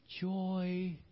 Joy